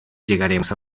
llegaremos